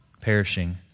perishing